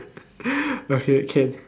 okay can